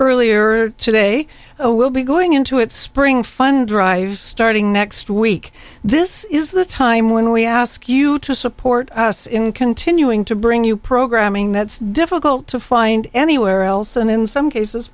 earlier today will be going into its spring fund drive starting next week this is the time when we ask you to support us in continuing to bring you programming that's difficult to find anywhere else and in some cases